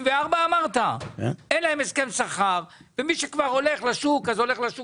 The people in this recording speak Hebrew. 1994 ומי שהוא כבר רוקח מעדיף ללכת לשוק הפרטי,